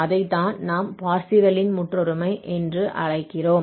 அதைத்தான் நாம் Parseval Parseval's ன் முற்றொருமை என்று அழைக்கிறோம்